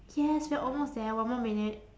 yes we're almost there one more minute